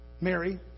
Mary